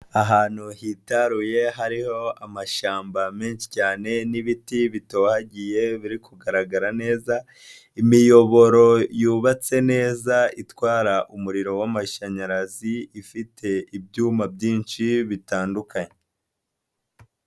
Ahantu hitaruye hariho amashyamba menshi cyane n'ibiti bitohagiye biri kugaragara neza, imiyoboro yubatse neza itwara umuriro w'amashanyarazi, ifite ibyuma byinshi bitandukanye.